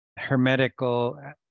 hermetical